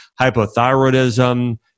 hypothyroidism